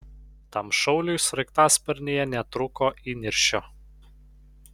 tam šauliui sraigtasparnyje netrūko įniršio